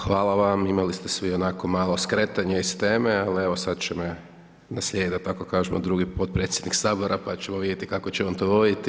Hvala vam, imali ste svi onako malo skretanja s teme ali evo sad će me naslijediti da tako kažem drugi potpredsjednik Sabora, pa ćemo vidjeti kako će on to voditi.